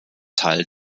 teil